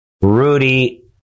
Rudy